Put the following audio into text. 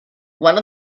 one